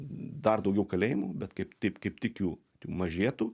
dar daugiau kalėjimų bet kaip taip kaip tik jų mažėtų